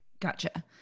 gotcha